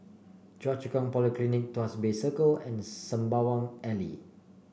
Choa Chu Kang Polyclinic Tuas Bay Circle and Sembawang Alley